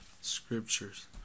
scriptures